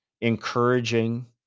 encouraging